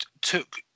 took